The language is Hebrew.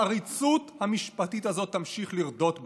העריצות המשפטית הזאת תמשיך לרדות בנו,